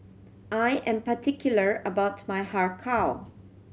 I am particular about my Har Kow